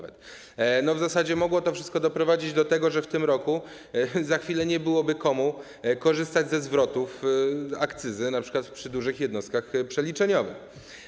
W zasadzie to wszystko mogło doprowadzić do tego, że w tym roku za chwilę nie byłoby komu korzystać ze zwrotów akcyzy np. przy dużych jednostkach przeliczeniowych.